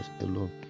alone